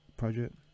project